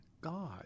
God